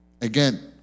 Again